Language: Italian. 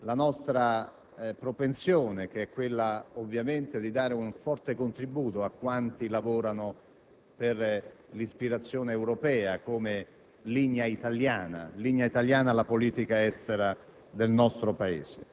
il Gruppo dell'UDC interviene in questo importante dibattito sulla partecipazione dell'Italia all'Unione Europea, sulle modalità e i termini